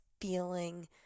feeling